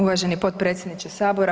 Uvaženi potpredsjedniče Sabora.